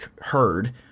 heard